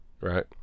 Right